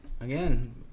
Again